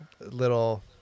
little